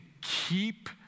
keep